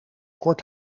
kort